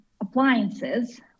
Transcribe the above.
appliances